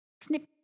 Snip